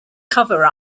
cover